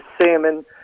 salmon